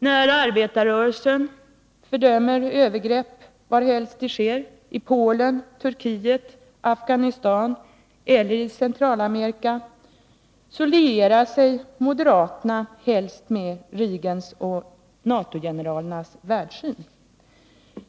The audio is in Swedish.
När arbetarrörelsen fördömer övergrepp varhelst de sker —-i Polen, Turkiet, Afghanistan eller Centralamerika — lierar sig moderaterna helt med Reagans och NATO-generalernas världssyn.